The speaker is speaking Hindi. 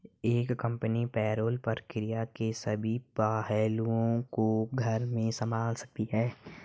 एक कंपनी पेरोल प्रक्रिया के सभी पहलुओं को घर में संभाल सकती है